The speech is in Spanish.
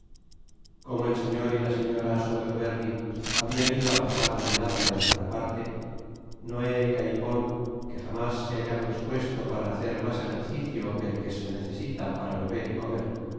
como el señor y la señora sowernerry habian ido á pasar la velada en alguna parte noé claypole que jamás se hallaba dispuesto para hacer mas ejercicio que el que se necesita para beber y comer